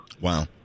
Wow